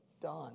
done